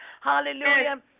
Hallelujah